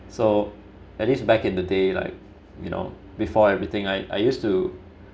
so at least back in the day like you know before everything I I used to